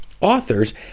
authors